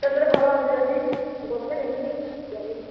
ହୋଟେଲଲେ ଭଲ ଥିବବୋଲେ ଦେଖିକି ଦିଆଯିବ